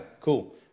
cool